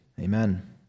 Amen